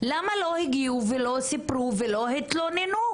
למה לא הגיעו ולא סיפרו ולא התלוננו?